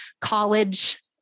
college